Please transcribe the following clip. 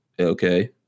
Okay